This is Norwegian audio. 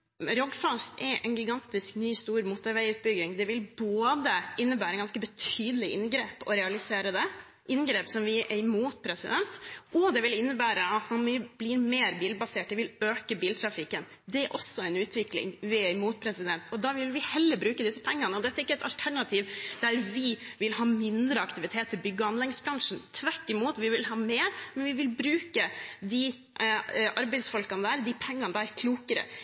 Rogfast er en gigantisk, ny motorveiutbygging. Det vil innebære ganske betydelige inngrep å realisere det, inngrep som vi er imot, og det vil innebære at man blir mer bilbasert, det vil øke biltrafikken. Det er også en utvikling vi er imot. Dette er ikke et alternativ der vi vil ha mindre aktivitet i bygg- og anleggsbransjen, tvert imot, vi vil ha mer, men vi vil bruke de arbeidsfolkene og de pengene klokere,